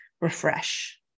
refresh